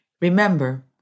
Remember